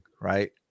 Right